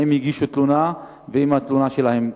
האם הגישו תלונה והאם התלונה שלהם טופלה.